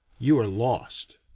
you are lost.